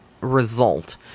result